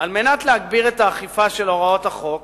על מנת להגביר את האכיפה של הוראות החוק